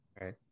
right